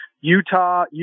Utah